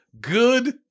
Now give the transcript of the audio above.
Good